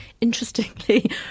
interestingly